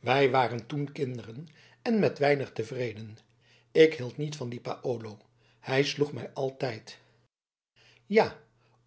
wij waren toen kinderen en met weinig tevreden ik hield niet van dien paolo hij sloeg mij altijd ja